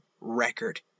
record